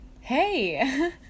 Hey